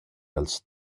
dals